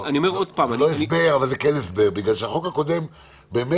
זה לא הסבר אבל זה כן הסבר בגלל שהחוק הקודם באמת